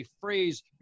phrase